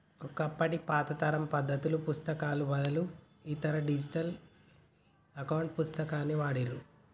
ఒకప్పటి పాత తరం పద్దుల పుస్తకాలకు బదులు ఈ తరం డిజిటల్ అకౌంట్ పుస్తకాన్ని వాడుర్రి